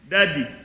Daddy